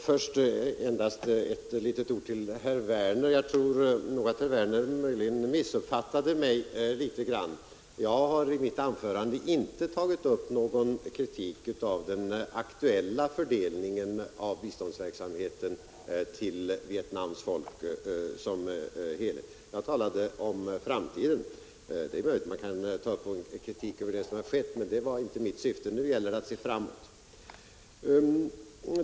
Herr talman! Först vill jag rikta ett par ord till herr Werner i Malmö. Jag tror nog att herr Werner missuppfattade mig litet grand. Jag tog i mitt anförande inte upp någon kritik av den aktuella fördelningen av biståndsverksamheten till Vietnams folk såsom helhet. Jag talade om framtiden. Det är möjligt att man kan ta upp en kritik av det som skett, men det var inte mitt syfte. Nu gäller det att se framåt.